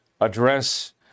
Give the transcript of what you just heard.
address